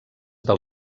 del